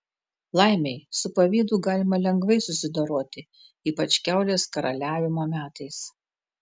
laimei su pavydu galima lengvai susidoroti ypač kiaulės karaliavimo metais